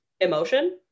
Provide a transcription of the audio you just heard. emotion